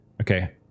okay